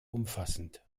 umfassend